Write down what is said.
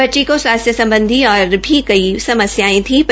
बच्ची को स्वास्थ्य सम्बधी और भी कई समस्यायें थ्जी